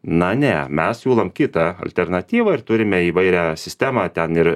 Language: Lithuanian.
na ne mes siūlom kitą alternatyvą ir turime įvairią sistemą ten ir